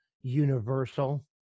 universal